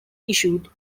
issued